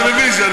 בטלוויזיה.